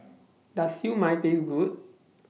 Does Siew Mai Taste Good